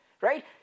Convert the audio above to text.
right